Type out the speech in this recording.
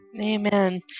Amen